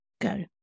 go